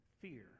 fear